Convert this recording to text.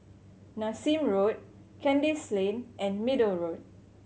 Nassim Road Kandis Lane and Middle Road